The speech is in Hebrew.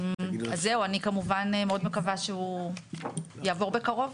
אז זהו, אני כמובן מאוד מקווה שהוא יעבור בקרוב.